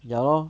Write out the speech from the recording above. ya lor